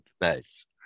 Nice